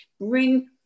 bring